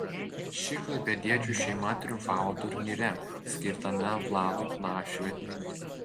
ši klaipėdiečių šeima triumfavo turnyre skirtame vladui knašiui atminti